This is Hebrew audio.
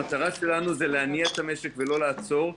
המטרה שלנו היא להניע את המשק ולא לעצור אותו.